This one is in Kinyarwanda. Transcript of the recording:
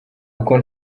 uko